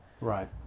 right